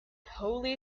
holy